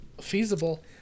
feasible